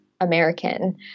American